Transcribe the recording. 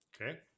Okay